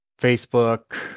Facebook